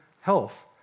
health